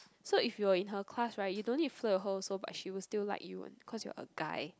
so if you're in her class right you don't need flirt her also but she will still like you one cause you're a guy